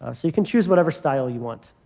ah so you can choose whatever style you want.